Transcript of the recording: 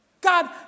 God